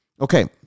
Okay